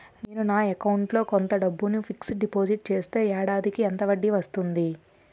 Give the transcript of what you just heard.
నేను నా అకౌంట్ లో కొంత డబ్బును ఫిక్సడ్ డెపోసిట్ చేస్తే ఏడాదికి ఎంత వడ్డీ వస్తుంది?